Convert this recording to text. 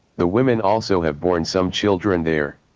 the women also have bourne some children there.